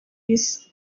isi